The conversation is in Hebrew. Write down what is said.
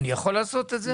אני יכול לעשות את זה?